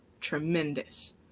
tremendous